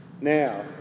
Now